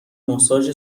ماساژ